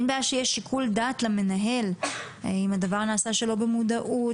אין בעיה שיהיה שיקול דעת למנהל אם הדבר נעשה שלא במודעות,